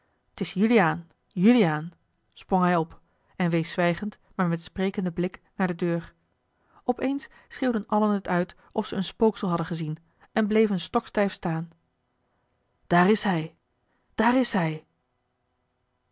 t is juliaan juliaan sprong hij op en wees zwijgend maar met sprekenden blik naar de deur op eens schreeuwden allen het uit of ze een spooksel hadden gezien en bleven stokstijf staan daar is hij daar is hij